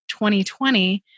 2020